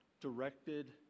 directed